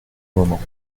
moment